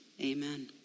Amen